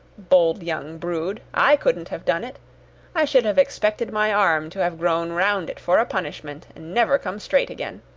bold young brood, i couldn't have done it i should have expected my arm to have grown round it for a punishment, and never come straight again.